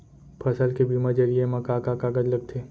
फसल के बीमा जरिए मा का का कागज लगथे?